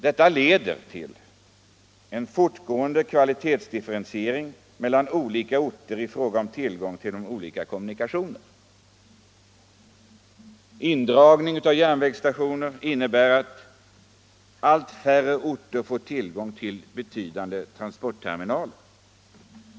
Detta leder till en fortgående kvalitetsdifferentiering mellan olika orter i fråga om tillgången till olika kommunikationer. Indraghingen av järnvägsstationer innebär att allt färre orter får tillgång till betydande transportterminaler.